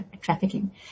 trafficking